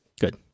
Good